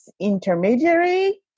intermediary